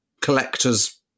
collectors